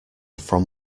from